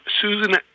Susan